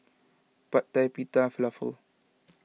Pad Thai Pita Falafel